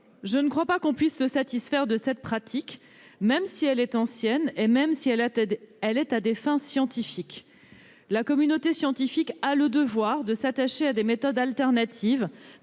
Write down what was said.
Je ne crois pas que l'on puisse se satisfaire de cette pratique, même si elle est ancienne et menée à des fins scientifiques. La communauté scientifique a le devoir de recourir à des méthodes alternatives,